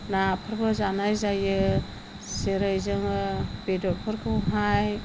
नाफोरबो जानाय जायो जेरै जोङो बेदरफोरखौहाय